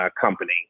company